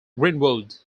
greenwood